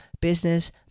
Business